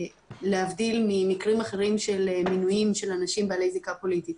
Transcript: להבדיל ממקרים אחרים של מינויים של אנשים בעלי זיקה פוליטית.